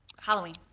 Halloween